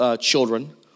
children